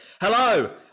Hello